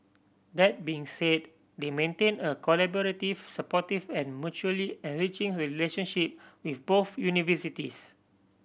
that being said they maintain a collaborative supportive and mutually enriching relationship with both universities